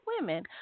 women